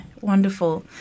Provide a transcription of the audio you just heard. wonderful